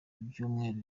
byumweru